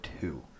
two